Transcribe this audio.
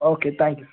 okay thank you